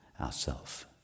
ourself